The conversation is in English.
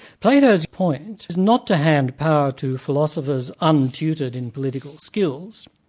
plato's point is not to hand power to philosophers untutored in political skills,